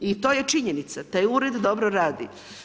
I to je činjenica, taj ured dobro radi.